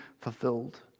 fulfilled